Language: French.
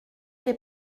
des